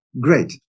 Great